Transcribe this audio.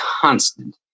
constant